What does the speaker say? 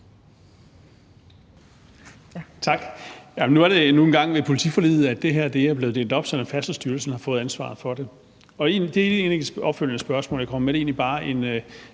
Tak. Jamen det er nu engang med politiforliget, at det her er blevet delt op, sådan at Færdselsstyrelsen har fået ansvaret for det. Og det er egentlig ikke et opfølgende spørgsmål, jeg kommer med, det er egentlig bare en